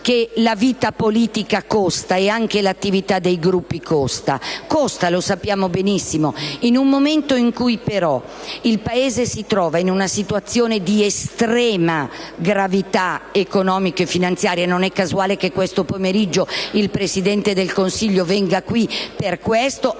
la vita politica e anche l'attività dei Gruppi costa; sappiamo benissimo che costa, ma in un momento in cui il Paese si trova in una situazione di estrema gravità economica e finanziaria (non è casuale che questo pomeriggio il Presidente del Consiglio venga qui per questo)